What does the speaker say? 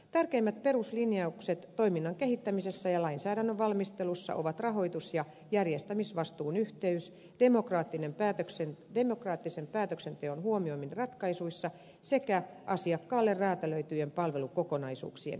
tärkeimmät peruslinjaukset toiminnan kehittämisessä ja lainsäädännön valmistelussa ovat rahoitus ja järjestämisvastuun yhteys demokraattisen päätöksenteon huomioiminen ratkaisuissa sekä asiakkaalle räätälöityjen palvelukokonaisuuksien kehittäminen